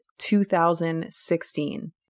2016